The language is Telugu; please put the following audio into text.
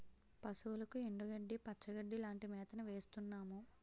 పశువులకు ఎండుగడ్డి, పచ్చిగడ్డీ లాంటి మేతను వేస్తున్నాము